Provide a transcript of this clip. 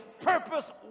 purpose